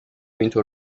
اینطور